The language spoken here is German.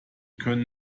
können